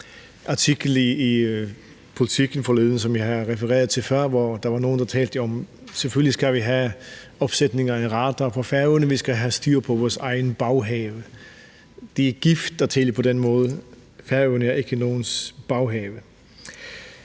artikel i Politiken forleden, som jeg har refereret til før, hvor der var nogle, der talte om, at selvfølgelig skal vi have opsætning af en radar på Færøerne – vi skal have styr på vores egen baghave. Det er gift at tale på den måde. Færøerne er ikke nogens baghave.